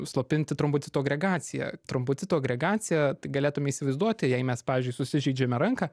slopinti trombocitų agregaciją trombocitų agregacija tai galėtume įsivaizduoti jei mes pavyzdžiui susižeidžiame ranką